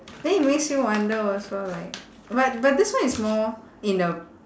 then it makes you wonder also like but but this one is more in a